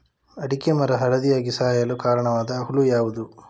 ಅಡಿಕೆ ಮರ ಹಳದಿಯಾಗಿ ಸಾಯಲು ಕಾರಣವಾದ ಹುಳು ಯಾವುದು?